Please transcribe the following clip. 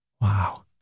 Wow